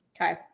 Okay